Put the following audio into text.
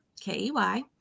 K-E-Y